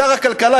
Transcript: שר הכלכלה,